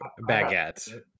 Baguette